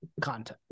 content